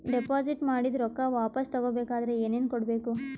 Deposit ಮಾಡಿದ ರೊಕ್ಕ ವಾಪಸ್ ತಗೊಬೇಕಾದ್ರ ಏನೇನು ಕೊಡಬೇಕು?